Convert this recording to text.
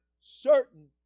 certain